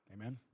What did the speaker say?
Amen